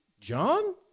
John